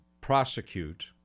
prosecute